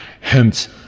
Hence